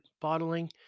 bottling